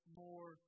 more